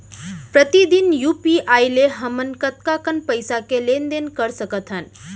प्रतिदन यू.पी.आई ले हमन कतका कन पइसा के लेन देन ल कर सकथन?